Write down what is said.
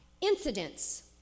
incidents